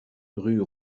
rue